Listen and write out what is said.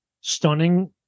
stunning